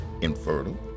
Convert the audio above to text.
infertile